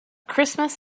christmas